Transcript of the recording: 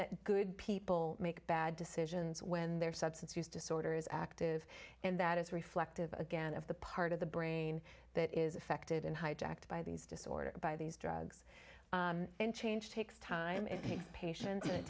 and good people make bad decisions when their substance use disorder is active and that is reflective again of the part of the brain that is affected and hijacked by these disorders by these drugs change takes time and patience and it